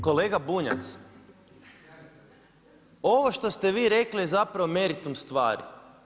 Kolega Bunjac, ovo što ste vi rekli je zapravo meritum stvari.